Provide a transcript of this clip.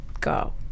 Go